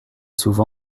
souvent